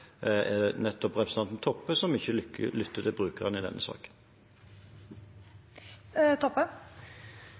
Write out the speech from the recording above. representanten Toppe som ikke lytter til brukerne i denne